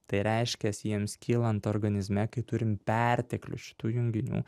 tai reiškias jiems skylant organizme kai turim perteklių šitų junginių